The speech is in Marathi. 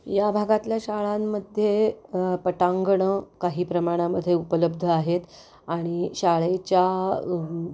या भागातल्या शाळांमध्ये पटांगणं काही प्रमाणामध्ये उपलब्ध आहेत आणि शाळेच्या